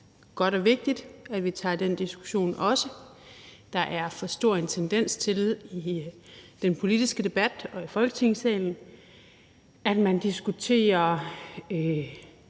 det er godt og vigtigt, at vi også tager den diskussion. Der er for stor en tendens til, at man i den politiske debat og i Folketingssalen diskuterer